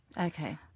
Okay